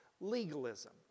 legalism